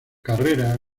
carrera